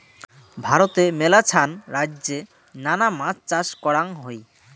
ভারতে মেলাছান রাইজ্যে নানা মাছ চাষ করাঙ হই